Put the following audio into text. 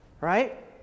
Right